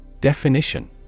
Definition